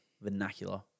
vernacular